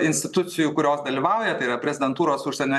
institucijų kurios dalyvauja tai yra prezidentūros užsienio